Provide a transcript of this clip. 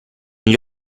gli